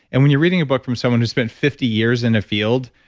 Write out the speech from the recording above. and when you're reading a book from someone who spent fifty years in a field,